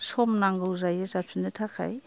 सम नांगौ जायो जाफिननो थाखाय